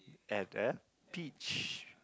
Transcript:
are there peach